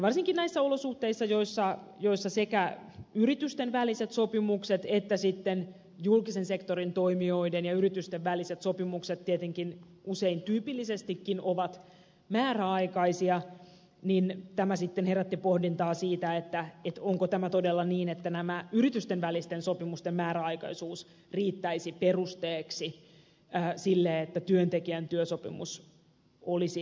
varsinkin näissä olosuhteissa joissa sekä yritysten väliset sopimukset että julkisen sektorin toimijoiden ja yritysten väliset sopimukset tietenkin usein tyypillisestikin ovat määräaikaisia tämä herätti pohdintaa siitä onko tämä todella niin että yritysten välisten sopimusten määräaikaisuus riittäisi perusteeksi sille että työntekijän työsopimus olisi määräaikainen